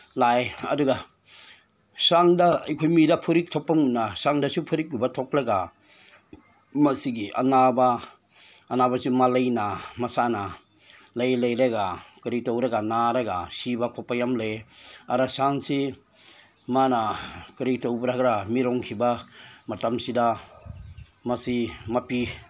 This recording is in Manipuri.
ꯅꯥꯏ ꯑꯗꯨꯒ ꯁꯟꯗ ꯑꯩꯈꯣꯏ ꯃꯤꯗ ꯐꯨꯔꯤꯠ ꯊꯣꯛꯄꯀꯨꯝꯅ ꯁꯟꯗꯁꯨ ꯐꯨꯔꯤꯀꯨꯝꯕ ꯊꯨꯞꯂꯒ ꯃꯁꯤꯒꯤ ꯑꯅꯥꯕ ꯑꯅꯥꯕꯁꯤ ꯃꯥꯂꯩꯅ ꯃꯁꯥꯅ ꯂꯩ ꯂꯩꯔꯒ ꯀꯔꯤ ꯇꯧꯔꯒ ꯅꯥꯔꯒ ꯁꯤꯕ ꯈꯣꯠꯄ ꯌꯥꯝ ꯂꯩꯌꯦ ꯑꯗ ꯁꯟꯁꯤ ꯃꯥꯅ ꯀꯔꯤ ꯇꯧꯔꯒ ꯃꯤꯔꯣꯟꯈꯤꯕ ꯃꯇꯝꯁꯤꯗ ꯃꯥꯁꯤ ꯃꯄꯤ